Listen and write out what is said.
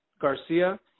Garcia